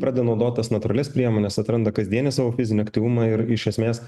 pradeda naudot tas natūralias priemones atranda kasdienį savo fizinį aktyvumą ir iš esmės